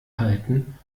halten